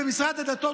במשרד הדתות,